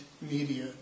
Media